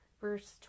Verse